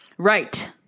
right